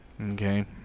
okay